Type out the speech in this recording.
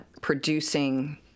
producing